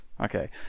Okay